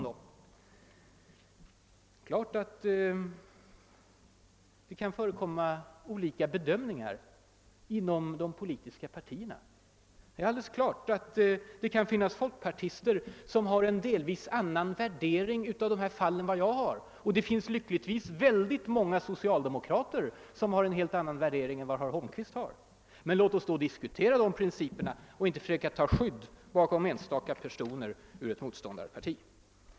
Det kan naturligtvis då förekomma olika bedömningar också inom de politiska partierna. Självfallet kan det finnas folkpartister som har en delvis annan värdering än vad jag har, och det finns lyckligtvis också många socialdemokrater som har en helt annan uppfattning än herr Holmqvist. Låt oss därför diskutera principerna och inte försöka ta skydd bakom enskilda personer ur ett motståndarparti.